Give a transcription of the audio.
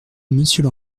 monsieur